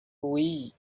oui